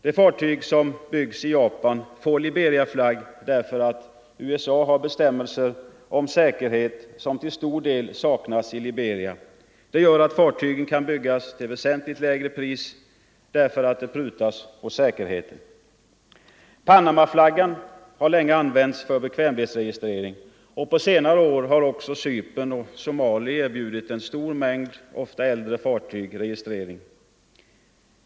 De fartyg som byggs i Japan får Liberiaflagg därför att USA har bestämmelser om säkerhet som till stor del saknas i Liberia. Det gör att fartygen kan byggas till väsentligt lägre pris därför att det prutats på säkerheten. Panamaflaggan har länge använts för bekvämlighetsregistrering, och på senare år har också Cypern och Somali erbjudit en stor mängd ofta äldre fartyg registrering.